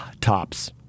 Tops